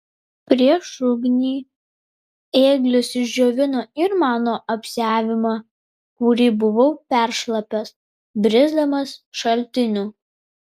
prieš ugnį ėglis išdžiovino ir mano apsiavimą kurį buvau peršlapęs brisdamas šaltiniu